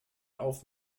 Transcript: auf